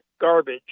garbage